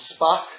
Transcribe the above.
Spock